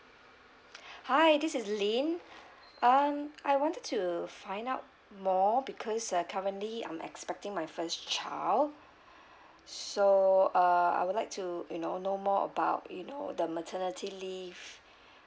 hi this is ling um I wanted to find out more because uh currently I'm expecting my first child so uh I would like to you know know more about you know the maternity leave